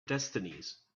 destinies